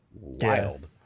Wild